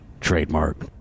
trademark